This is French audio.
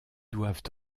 doivent